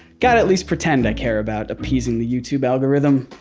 gotta at least pretend i care about appeasing the youtube algorithm.